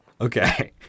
Okay